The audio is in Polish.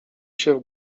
się